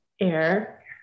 Air